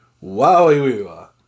wow